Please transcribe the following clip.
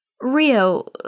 Rio